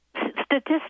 Statistics